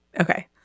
Okay